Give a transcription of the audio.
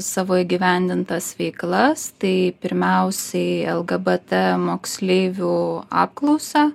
savo įgyvendintas veiklas tai pirmiausiai lgbt moksleivių apklausą